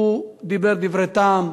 הוא דיבר דברי טעם,